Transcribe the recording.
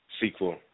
sequel